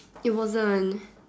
it wasn't